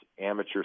amateur